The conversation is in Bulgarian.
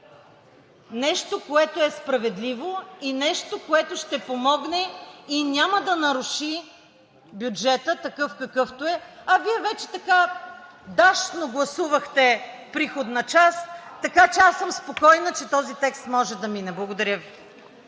нещо, което е справедливо, и нещо, което ще помогне и няма да наруши бюджета, такъв какъвто е. Вие вече дашно гласувахте приходна част, така че аз съм спокойна, че този текст може да мине. Благодаря Ви.